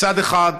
מצד אחד,